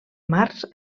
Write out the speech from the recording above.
març